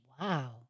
Wow